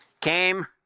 came